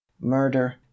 murder